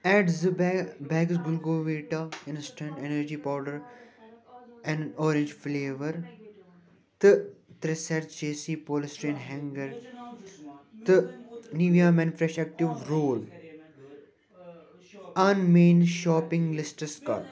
add the bag bags گُل گووے Dove instant energy powder an orange flavour تہٕ tray set J C polystyrene hanger تہٕ Nivea men fresher two roll on mayonnaise shopping لِسٹَس کَر